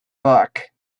book